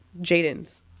jaden's